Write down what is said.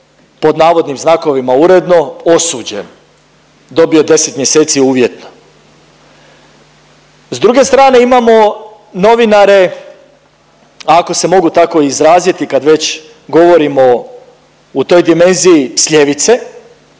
pod navodnim znakovima uredno osuđen. Dobio 10 mjeseci uvjetno. S druge strane imamo novinare, ako se mogu tako izraziti kad već govorimo u toj dimenziji s ljevice.